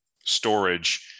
storage